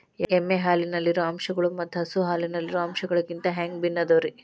ಎಮ್ಮೆ ಹಾಲಿನಲ್ಲಿರೋ ಅಂಶಗಳು ಮತ್ತ ಹಸು ಹಾಲಿನಲ್ಲಿರೋ ಅಂಶಗಳಿಗಿಂತ ಹ್ಯಾಂಗ ಭಿನ್ನ ಅದಾವ್ರಿ?